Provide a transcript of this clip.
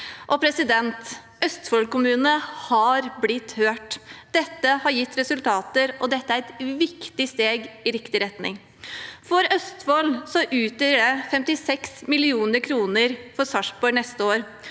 Og Østfold-kommunene har blitt hørt. Dette har gitt resultater, og det er et viktig steg i riktig retning. I Østfold utgjør det 56 mill. kr for Sarpsborg neste år,